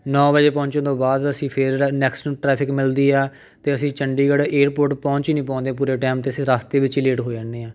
ਨੌ ਵਜੇ ਪਹੁੰਚਣ ਤੋਂ ਬਾਅਦ ਅਸੀਂ ਫਿਰ ਜਿਹੜਾ ਨੈਕਸਟ ਟਰੈਫਿਕ ਮਿਲਦੀ ਆ ਅਤੇ ਅਸੀਂ ਚੰਡੀਗੜ੍ਹ ਏਅਰਪੋਰਟ ਪਹੁੰਚ ਹੀ ਨਹੀਂ ਪਾਉਂਦੇ ਪੂਰੇ ਟਾਈਮ 'ਤੇ ਅਸੀਂ ਰਸਤੇ ਵਿੱਚ ਹੀ ਲੇਟ ਹੋ ਜਾਂਦੇ ਹਾਂ